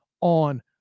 on